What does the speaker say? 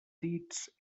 dits